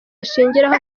ashingiraho